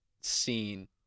scene